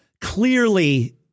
clearly